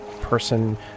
person